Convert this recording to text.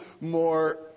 more